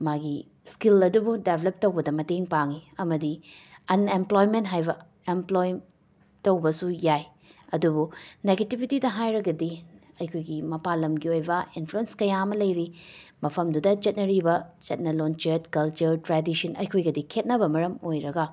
ꯃꯥꯒꯤ ꯁ꯭ꯀꯤꯜ ꯑꯗꯨꯕꯨ ꯗꯦꯕꯂꯞ ꯇꯧꯕꯗ ꯃꯇꯦꯡ ꯄꯥꯡꯉꯤ ꯑꯃꯗꯤ ꯑꯟꯑꯦꯝꯄ꯭ꯂꯣꯏꯃꯦꯟ ꯍꯥꯏꯕ ꯑꯦꯝꯄ꯭ꯂꯣꯏ ꯇꯧꯕꯁꯨ ꯌꯥꯏ ꯑꯗꯨꯕꯨ ꯅꯦꯒꯤꯇꯤꯕꯤꯇꯤꯗ ꯍꯥꯏꯔꯒꯗꯤ ꯑꯩꯈꯣꯏꯒꯤ ꯃꯄꯥꯜ ꯂꯝꯒꯤ ꯑꯣꯏꯕ ꯏꯟꯐ꯭ꯂꯨꯌꯦꯟꯁ ꯀꯌꯥ ꯑꯃ ꯂꯩꯔꯤ ꯃꯐꯝꯗꯨꯗ ꯆꯠꯅꯔꯤꯕ ꯆꯠꯅ ꯂꯣꯟꯆꯠ ꯀꯜꯆꯔ ꯇ꯭ꯔꯦꯗꯤꯁꯟ ꯑꯩꯈꯣꯏꯒꯗꯤ ꯈꯦꯠꯅꯕ ꯃꯔꯝ ꯑꯣꯏꯔꯒ